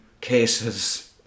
cases